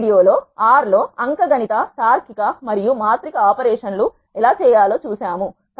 ఈ వీడియోలో R R లో అంక గణిత తార్కిక మరియు మాత్రిక ఆపరేషన్ లు ఎలా చేయాలో చూసాము